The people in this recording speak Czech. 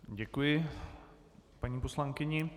Děkuji paní poslankyni.